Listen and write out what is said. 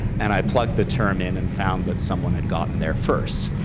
and i plugged the term in and found that someone had gotten there first,